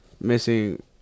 missing